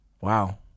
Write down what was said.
Wow